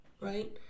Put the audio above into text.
right